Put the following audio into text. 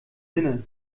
hinne